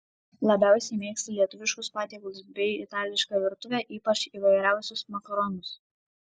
labiausiai mėgstu lietuviškus patiekalus bei itališką virtuvę ypač įvairiausius makaronus